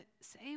say